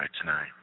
tonight